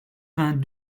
vingt